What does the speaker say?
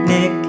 Nick